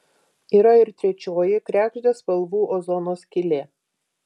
yra ir trečioji kregždės spalvų ozono skylė